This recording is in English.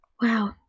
Wow